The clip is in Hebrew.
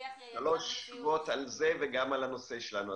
שלוש שורות על זה וגם על הנושא שלנו.